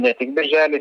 ne tik birželis